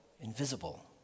invisible